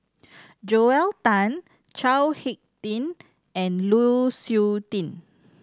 Joel Tan Chao Hick Tin and Lu Suitin